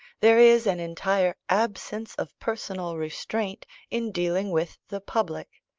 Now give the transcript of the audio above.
there is an entire absence of personal restraint in dealing with the public,